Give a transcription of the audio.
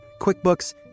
QuickBooks